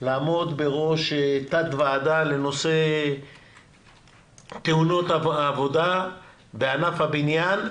לעמוד בראש תת-ועדה לנושא תאונות עבודה בענף הבניין ובכלל.